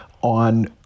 on